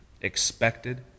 expected